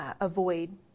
avoid